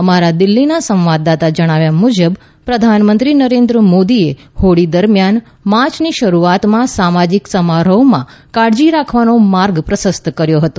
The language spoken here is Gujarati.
અમારા દિલ્હીનાં સંવાદદાતાનાં જણાવ્યા મુજબ પ્રધાનમંત્રી નરેન્દ્ર મોદીએ હોળી દરમ્યાન માર્ચની શરૂઆતમાં સામાજિક સમારોહોમાં કાળજી રાખવાનો માર્ગ પ્રશસ્ત કર્યો હતો